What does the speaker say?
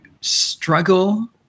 struggle